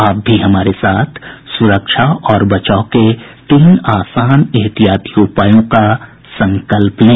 आप भी हमारे साथ सुरक्षा और बचाव के तीन आसान एहतियाती उपायों का संकल्प लें